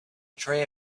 tray